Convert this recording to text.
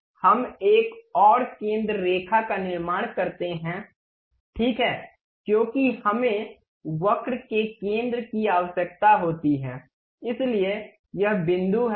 हम एक और केंद्र रेखा का निर्माण करते हैं ठीक है क्योंकि हमें वक्र के केंद्र की आवश्यकता होती है इसलिए यह बिंदु है